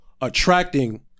attracting